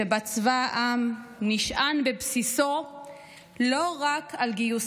שבה צבא העם נשען בבסיסו לא רק על גיוס